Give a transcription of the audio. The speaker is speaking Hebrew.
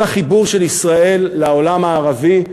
כל החיבור של ישראל לעולם הערבי,